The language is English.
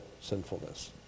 sinfulness